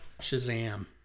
Shazam